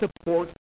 support